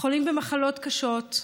חולים במחלות קשות,